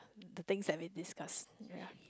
the things that we discuss